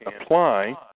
apply